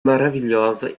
maravilhosa